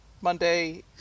Monday